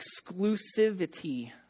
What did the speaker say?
exclusivity